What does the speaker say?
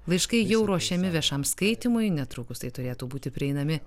laiškai jau ruošiami viešam skaitymui netrukus tai turėtų būti prieinami